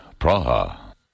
Praha